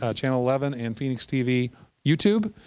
ah channel eleven, and phxtv youtube.